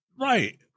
Right